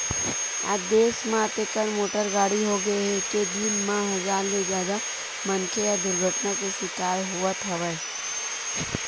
आज देस म अतेकन मोटर गाड़ी होगे हे के दिन म हजार ले जादा मनखे ह दुरघटना के सिकार होवत हवय